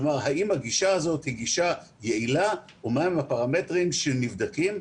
האם הגישה הזאת היא גישה יעילה ומה הם הפרמטרים שנבדקים,